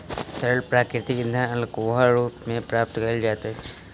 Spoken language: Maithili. तरल प्राकृतिक इंधन अल्कोहलक रूप मे प्राप्त कयल जाइत अछि